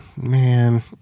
man